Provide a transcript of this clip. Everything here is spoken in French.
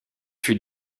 fut